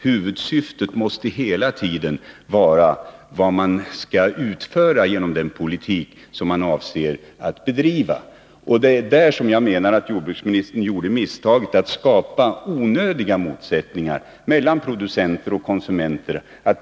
Huvudsyftet måste hela tiden vara vad man skall utföra genom den politik som man avser att bedriva. Det är där som jag menar att jordbruksministern gjorde misstaget att skapa onödiga motsättningar mellan producenter och konsumenter.